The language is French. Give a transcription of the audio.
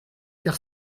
car